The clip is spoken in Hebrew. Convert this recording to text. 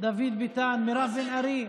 דוד ביטן, מירב בן ארי.